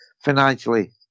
financially